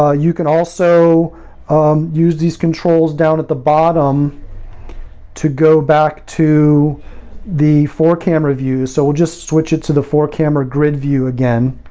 ah you can also um use these controls down at the bottom to go back to the four camera view. so we'll just switch it to the four camera grid view again.